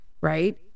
right